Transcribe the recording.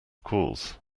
cause